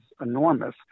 enormous